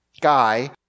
Guy